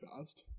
fast